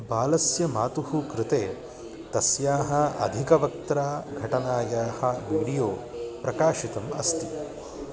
बालस्य मातुः कृते तस्याः अधिकवक्तुः घटनायाः वीडियो प्रकाशितम् अस्ति